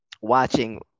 watching